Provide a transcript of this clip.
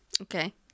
Okay